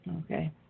Okay